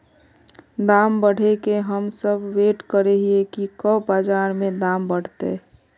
दाम बढ़े के हम सब वैट करे हिये की कब बाजार में दाम बढ़ते?